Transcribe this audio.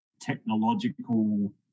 technological